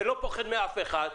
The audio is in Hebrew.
ולא פוחדים מאף אחד.